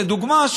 לדוגמה,